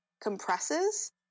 compresses